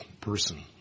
person